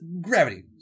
gravity